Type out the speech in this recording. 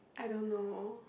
I don't know